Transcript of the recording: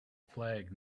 flag